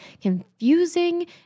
confusing